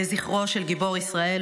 לזכרו של גיבור ישראל,